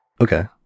Okay